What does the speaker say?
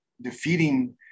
defeating